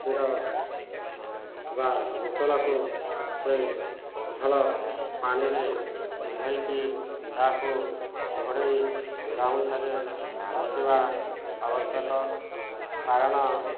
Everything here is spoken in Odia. କ୍ଷୀର ବା ବୋତଲକୁ ସେ ଭଲ ପାଣିରେ ଧୋଇକି ତାହାକୁ ଘୋଡ଼େଇ ଗାମୁଛାରେ ରଖିବା ଆବଶ୍ୟକ କାରଣ